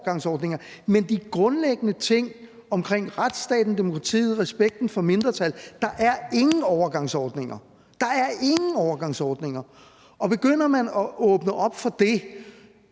til de grundlæggende ting omkring retsstaten, demokratiet og respekten for mindretal er der ingen overgangsordninger. Der er ingen overgangsordninger, og begynder man at åbne op for det